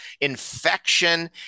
infection